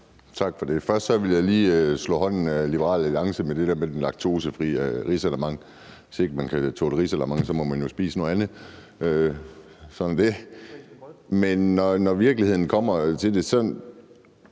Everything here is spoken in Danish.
Tak for det. Først vil jeg lige sige til Liberal Alliance om det der med den laktosefri risalamande: Hvis ikke man kan tåle risalamande, så må man jo spise noget andet. Sådan er det. Men når vi kommer ud i